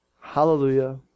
Hallelujah